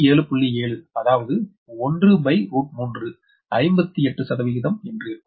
7 அதாவது 13 58 என்றிருக்கும்